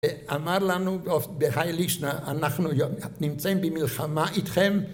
אמר לנו בהיילישנה, אנחנו נמצאים במלחמה איתכם